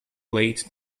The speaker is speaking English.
late